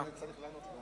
אני רק אשיב לה.